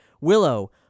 Willow